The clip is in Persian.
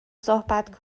صحبت